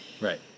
Right